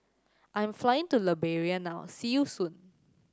I'm flying to Liberia now see you soon